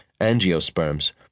angiosperms